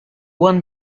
one